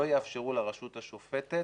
לא יאפשרו לרשות השופטת